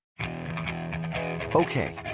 Okay